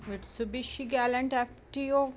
Mitsubishi Galant F T O